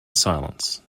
silence